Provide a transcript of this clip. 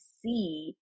see